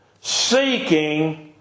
seeking